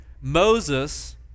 Moses